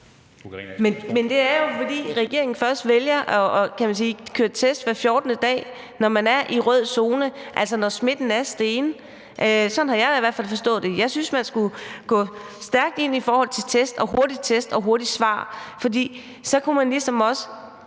Men det er jo, fordi regeringen vælger, at der kun køres test hver 14. dag, når man er i rød zone, altså når smitten er steget. Sådan har jeg i hvert fald forstået det. Jeg synes, at man skulle gå stærkt ind i forhold til test, altså med hurtige test og hurtige svar, for så kunne man ligesom også